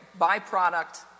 byproduct